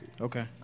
Okay